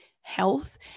health